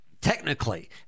technically